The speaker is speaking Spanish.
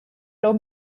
los